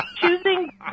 choosing